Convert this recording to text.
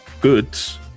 goods